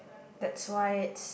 that's why it's